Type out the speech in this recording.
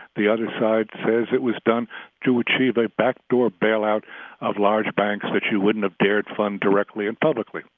the other side says it was done to achieve a backdoor bailout of large banks but you wouldn't ah dare to fund directly and publicly,